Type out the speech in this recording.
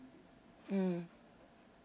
mm